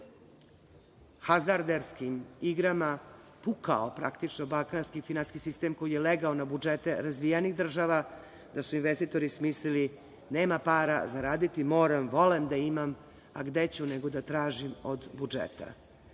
godine hazarderskim igrama pukao praktično balkanski finansijski sistem koji je legao na budžete razvijenih država, da su investitori smislili – nema para, zaraditi moram, volem da imam, a gde ću nego da tražim od budžeta.